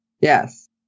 Yes